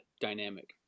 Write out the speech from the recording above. dynamic